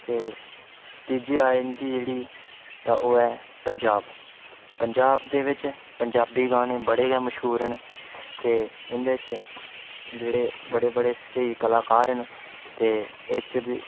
ते तिज्जी आई जन्दी जेह्ड़ी तां ओह् ऐ पंजाब पंजाब दे बिच पंजाबी गाने बड़े गै मशहूर न ते इ'न्दे च जेह्ड़े बडे़ बड़े स्हेई कलाकार न ते